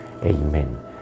Amen